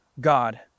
God